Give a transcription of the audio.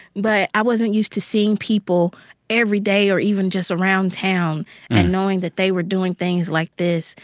but i wasn't used to seeing people every day or even just around town and knowing that they were doing things like this,